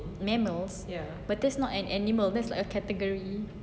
but that's not an animal that's a category